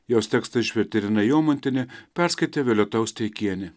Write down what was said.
jos tekstą išvertė irena jomantienė perskaitė violeta osteikienė